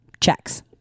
checks